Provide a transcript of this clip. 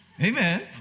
Amen